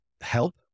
help